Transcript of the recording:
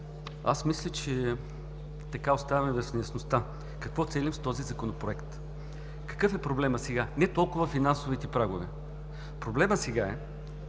Мисля, че така оставаме с неяснота какво целим с този законопроект. Какъв е проблемът сега? Не толкова финансовите прагове. Проблемът сега е,